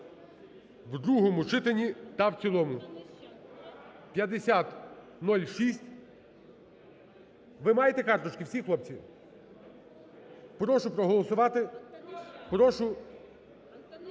В другому читанні та в цілому 5006, ви маєте карточки всі, хлопці? Прошу проголосувати,